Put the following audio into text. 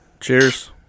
Cheers